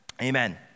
Amen